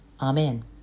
Amen